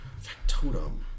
Factotum